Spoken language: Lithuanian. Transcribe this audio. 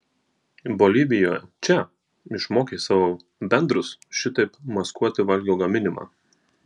bolivijoje če išmokė savo bendrus šitaip maskuoti valgio gaminimą